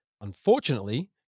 unfortunately